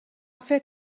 فکر